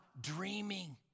dreaming